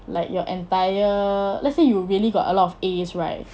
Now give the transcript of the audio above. like your entire let's say you really got a lot of ace right